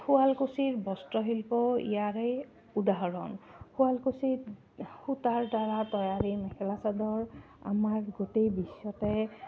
শুৱালকুছিৰ বস্ত্ৰশিল্প ইয়াৰে উদাহৰণ শুৱালকুছিত সূতাৰ দ্বাৰা তৈয়াৰী মেখেলা চাদৰ আমাৰ গোটেই বিশ্বতে